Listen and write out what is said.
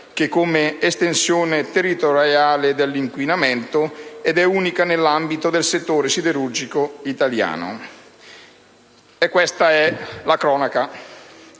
e per l'estensione territoriale dell'inquinamento, ed è unica nell'ambito del settore siderurgico italiano. Questa è la cronaca.